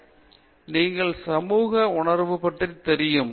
பேராசிரியர் பிரதாப் ஹரிதாஸ் பொதுவாக நீங்கள் சமூக உணர்வு பற்றி தெரியும்